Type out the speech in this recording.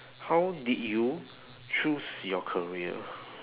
how did you choose your career